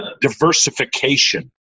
diversification